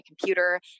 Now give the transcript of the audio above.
computer